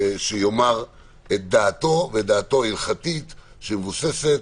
שיאמר את דעתו ההלכתית שהיא מבוססת.